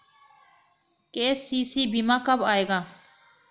KCC बीमा कब आएगा?